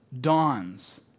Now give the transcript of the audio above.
dawns